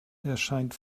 erscheint